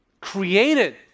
created